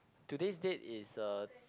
today's date is uh